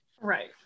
Right